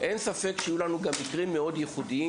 אין ספק שיהיו לנו גם מקרים מאוד ייחודיים,